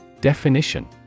Definition